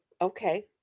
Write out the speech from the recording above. okay